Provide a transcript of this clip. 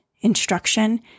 instruction